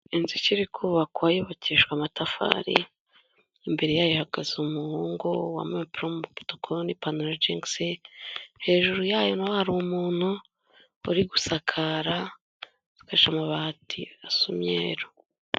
Inzu ikiri kubakwa yubakishijwe amatafari, imbere yayo hahagaze umuhungu wambaye umupira w'umutuku n'ipantaro y'ijingisi, hejuru yayo hari umuntu uri gusakara asakaje amabati asa umweru.